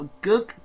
good